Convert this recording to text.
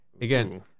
again